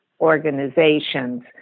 organizations